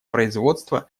производства